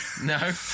No